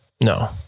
no